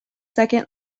second